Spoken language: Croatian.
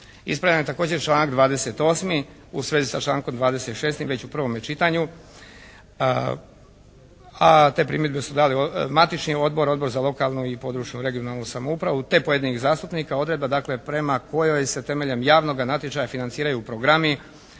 Ispravljen je također članak 28. u svezi sa člankom 26. već u prvom čitanju, a te primjedbe su dali matični odbor, Odbor za lokalnu i područnu (regionalnu) samoupravu te pojedinih zastupnika, odredba dakle prema kojoj se temeljem javnoga natječaja financiraju programi,